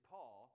Paul